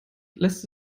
lässt